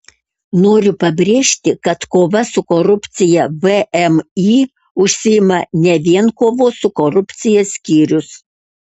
noriu pabrėžti kad kova su korupcija vmi užsiima ne vien kovos su korupcija skyrius